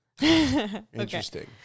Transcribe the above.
Interesting